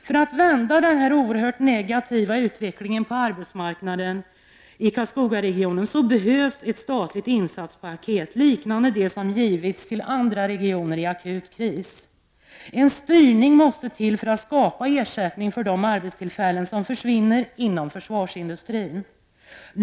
För att man skall kunna vända denna oerhört negativa utveckling på arbetsmarknaden i Karlskogaregionen behövs ett statligt insatspaket, liknande dem som givits till andra regioner i en akut kris. En styrning måste till för att skapa ersättning för de arbetstillfällen som försvinner inom försvarsindustrin.